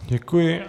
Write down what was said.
Děkuji.